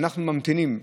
אנחנו ממתינים.